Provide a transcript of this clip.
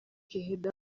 keheda